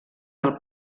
del